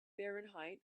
fahrenheit